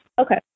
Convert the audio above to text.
Okay